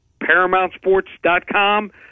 ParamountSports.com